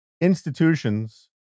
institutions